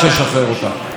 חברת הכנסת